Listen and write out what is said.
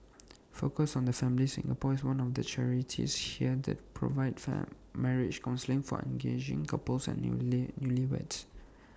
focus on the family Singapore is one of the charities here that provide marriage counselling for engaged couples and new lee newlyweds